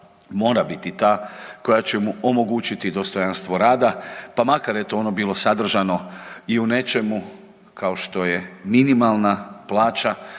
mora biti ta koja će mu omogućiti dostojanstvo rada pa makar eto ono bilo sadržano i u nečemu kao što je minimalna plaća